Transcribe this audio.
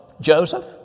Joseph